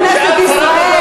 בכנסת ישראל.